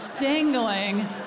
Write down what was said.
dangling